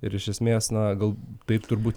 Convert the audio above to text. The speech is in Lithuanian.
ir iš esmės na gal taip turbūt